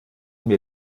mir